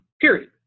period